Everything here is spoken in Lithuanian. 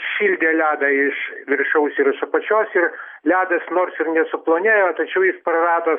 šildė ledą iš viršaus ir iš apačios ir ledas nors ir nesuplonėjo tačiau jis prarado